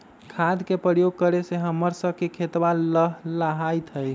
खाद के प्रयोग करे से हम्मर स के खेतवा लहलाईत हई